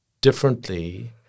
differently